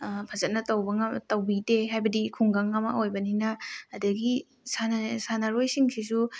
ꯐꯖꯅ ꯇꯧꯕ ꯇꯧꯕꯤꯗꯦ ꯍꯥꯏꯕꯗꯤ ꯈꯨꯡꯒꯪ ꯑꯃ ꯑꯣꯏꯕꯅꯤꯅ ꯑꯗꯒꯤ ꯁꯥꯟꯅꯔꯣꯏꯁꯤꯡꯁꯤꯁꯨ